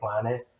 planet